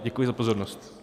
Děkuji za pozornost.